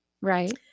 Right